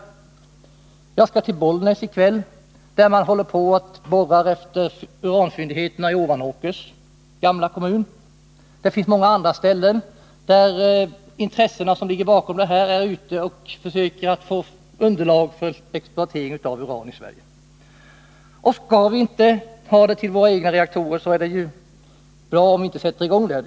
Jag skall själv till Bollnäs i kväll, där man håller på att borra efter uranfyndigheterna i Ovanåkers gamla kommun. Det finns många andra ställen i Sverige där intressenterna på det här området är ute för att få underlag för exploatering av uran. Skall vi inte ha uran till våra egna reaktorer är det ju bra om det inte blir någon igångsättning.